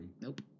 Nope